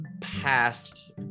past